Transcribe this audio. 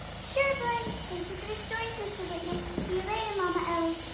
sure, blynn. thank you for the stories, mr. whitner. see you later, mama ellie.